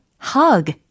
hug